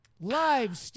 Live